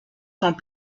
sont